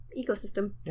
ecosystem